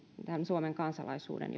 tämän suomen kansalaisuuden